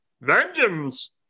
Vengeance